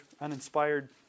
uninspired